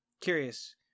curious